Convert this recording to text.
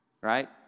right